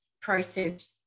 process